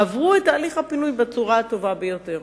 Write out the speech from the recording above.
עברו את תהליך הפינוי בצורה הטובה ביותר.